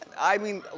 i mean,